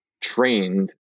trained